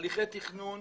הליכי תכנון,